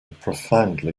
profoundly